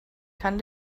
kann